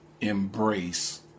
embrace